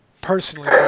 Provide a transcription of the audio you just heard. personally